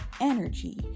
energy